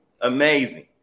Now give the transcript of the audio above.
amazing